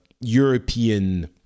european